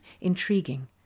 intriguing